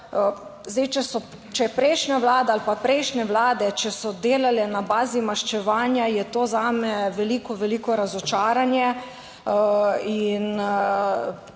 zdaj, če je prejšnja Vlada ali pa prejšnje vlade, če so delale na bazi maščevanja, je to zame veliko, veliko razočaranje. In